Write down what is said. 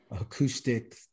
acoustic